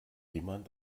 jemand